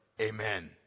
Amen